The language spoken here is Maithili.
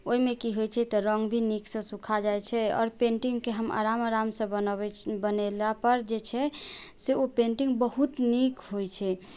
ओहिमे की होइ छै तऽ रंग भी नीक सऽ सुखा जाइ छै आओर पेन्टिंगके हम आराम आराम सऽ बनबै बनेला पर जे छै से ओ पेन्टिंग बहुत नीक होइ छै